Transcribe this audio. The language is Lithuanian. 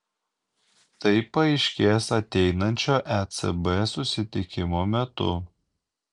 tai paaiškės ateinančio ecb susitikimo metu